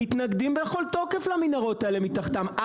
הם מתנגדים בכל תוקף למנהרות האלה מתחתם.